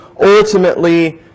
ultimately